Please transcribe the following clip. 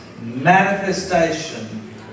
manifestation